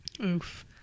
Oof